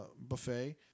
buffet